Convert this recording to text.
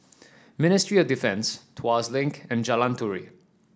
Ministry of Defence Tuas Link and Jalan Turi